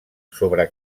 sobre